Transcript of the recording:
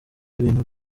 ibintu